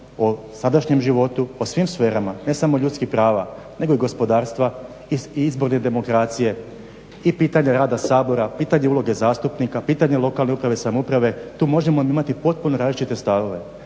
o sadašnjem životu o svim sferama ne samo ljudskih prava nego i gospodarstva i izborne demokracije i pitanje rada Sabora, pitanje uloge zastupnika, pitanje lokalne uprave i samouprave, tu možemo imati potpuno različite stavove,